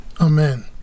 Amen